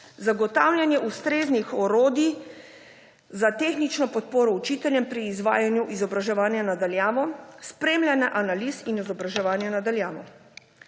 zagotavljanje ustreznih orodij za tehnično podporo učiteljem pri izvajanju izobraževanja na daljavo, spremljanje analiz izobraževanja na daljavo.